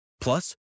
Plus